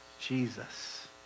Jesus